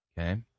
Okay